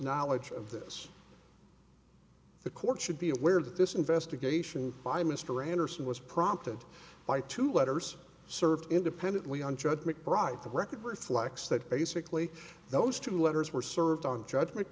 knowledge of this the court should be aware that this investigation by mr anderson was prompted by two letters served independently on judge mcbride the record reflects that basically those two letters were served on judg